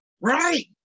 Right